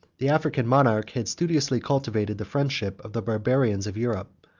the african monarch had studiously cultivated the friendship of the barbarians of europe,